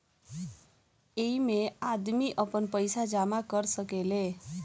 ऐइमे आदमी आपन पईसा जमा कर सकेले